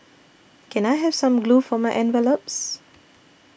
can I have some glue for my envelopes